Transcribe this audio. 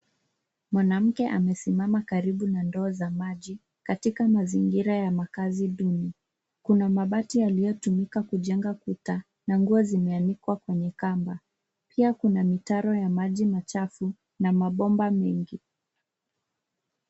Mwanamke amesimama karibu na ndoo za maji katika mazingira ya makazi duni kuna mabati yaliyotumika kujenga kuta na nguo zimeanikwa kwenye kamba pia kuna mitaro ya maji machafu na mabomba mengi.